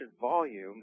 volume